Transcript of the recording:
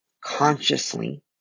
consciously